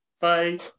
Bye